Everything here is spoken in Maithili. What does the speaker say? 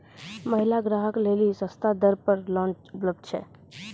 महिला ग्राहक लेली सस्ता दर पर लोन उपलब्ध छै?